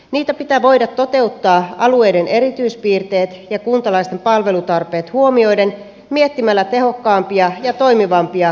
niitä pitää voida toteuttaa alueiden erityispiirteet ja kuntalaisten palvelutarpeet huomioiden miettimällä tehokkaampia ja toimivampia palveluprosesseja